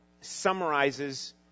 summarizes